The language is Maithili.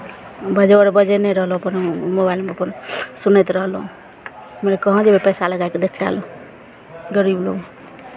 बाजो अर बजयने रहलहुँ अपन मोबाइलमे अपन सुनैत रहलहुँ नहि तऽ कहाँ जयबै पैसा लगाए कऽ देखय लए गरीब लोक